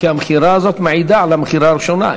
כי המכירה הזאת מעידה על המכירה הראשונה.